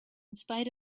spite